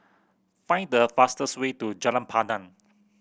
find the fastest way to Jalan Pandan